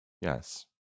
Yes